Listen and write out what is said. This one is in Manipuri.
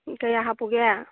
ꯀꯌꯥ ꯍꯥꯞꯄꯨꯒꯦ